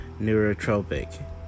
neurotropic